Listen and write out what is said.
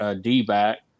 d-back